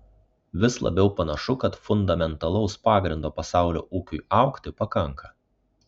vis labiau panašu kad fundamentalaus pagrindo pasaulio ūkiui augti pakanka